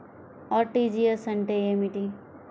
RTGS అంటే ఏమిటి?